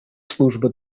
служба